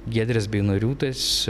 giedrės beinoriūtės